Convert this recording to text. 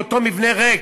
באותו מבנה ריק,